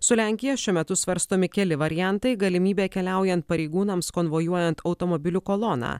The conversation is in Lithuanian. su lenkija šiuo metu svarstomi keli variantai galimybė keliaujant pareigūnams konvojuojant automobilių koloną